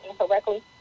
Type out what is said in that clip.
incorrectly